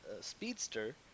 Speedster